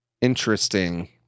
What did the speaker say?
interesting